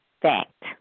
fact